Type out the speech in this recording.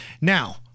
now